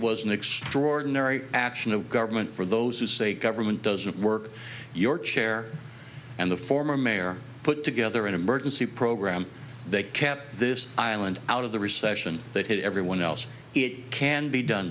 was an extraordinary action of government for those who say government doesn't work your chair and the former mayor put together an emergency program they kept this island out of the recession that hit everyone else it can be done